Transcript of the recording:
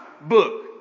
book